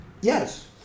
Yes